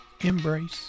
embrace